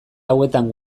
hauetan